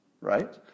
right